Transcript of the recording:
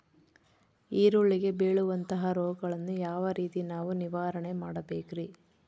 ಈರುಳ್ಳಿಗೆ ಬೇಳುವಂತಹ ರೋಗಗಳನ್ನು ಯಾವ ರೇತಿ ನಾವು ನಿವಾರಣೆ ಮಾಡಬೇಕ್ರಿ?